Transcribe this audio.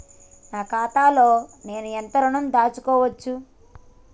నా ఖాతాలో నేను ఎంత ఋణం దాచుకోవచ్చు?